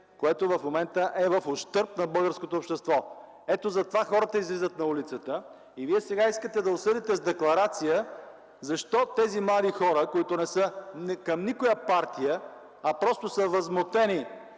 което е в ущърб на българското общество. Ето затова хората излизат на улицата. Вие сега искате да осъдите с декларация защо тези млади хора, които не са към никоя партия, а просто са възмутени